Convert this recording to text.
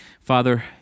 Father